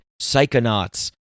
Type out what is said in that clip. psychonauts